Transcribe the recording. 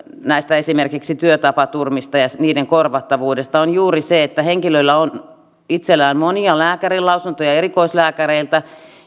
mistä esimerkiksi tulee todella paljon palautetta työtapaturmista ja niiden korvattavuudesta juuri siitä että henkilöllä on itsellään monia lääkärinlausuntoja erikoislääkäreiltä